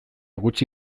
gutxi